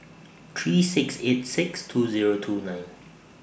three six eight six two Zero two nine